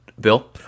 Bill